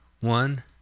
one